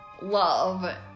love